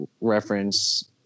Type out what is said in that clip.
reference